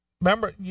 Remember